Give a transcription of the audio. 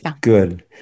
Good